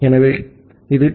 ஆகவே இது டி